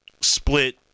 split